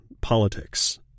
politics